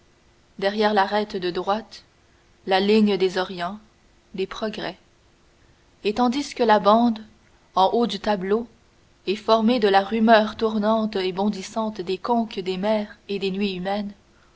derrière l'arête de droite la ligne des orients des progrès et tandis que la bande en haut du tableau est formée de la rumeur tournante et bondissante des conques des mers et des nuits humaines